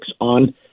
on